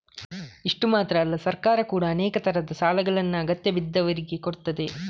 ಇಷ್ಟು ಮಾತ್ರ ಅಲ್ಲ ಸರ್ಕಾರ ಕೂಡಾ ಅನೇಕ ತರದ ಸಾಲಗಳನ್ನ ಅಗತ್ಯ ಬಿದ್ದವ್ರಿಗೆ ಕೊಡ್ತದೆ